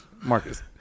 Marcus